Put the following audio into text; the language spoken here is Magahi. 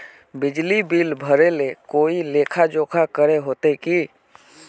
बिजली बिल भरे ले कोई लेखा जोखा करे होते की?